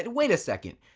and wait a sec. and